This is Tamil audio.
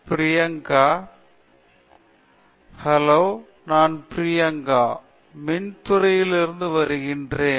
பிரியங்கா ஹலோ நான் பிரியங்கா மின் துறையிலிருந்து வருகிறேன்